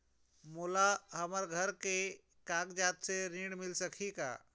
मोला हमर घर के कागजात से ऋण मिल सकही का?